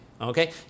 okay